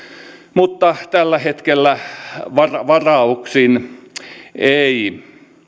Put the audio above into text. mutta tällä hetkellä varauksin ei